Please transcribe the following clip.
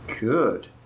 good